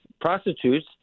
prostitutes